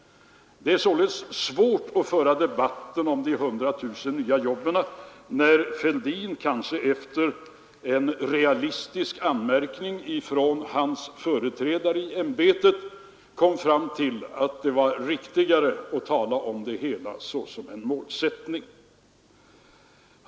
Det är således svårt att föra debatten om de 100 000 nya jobben när herr Fälldin — kanske efter en realistisk anmärkning från hans företrädare i ämbetet — kom fram till att det var riktigare att tala om det hela såsom en målsättning.